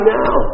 now